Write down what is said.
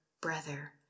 brother